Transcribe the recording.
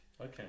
Okay